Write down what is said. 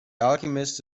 alchemist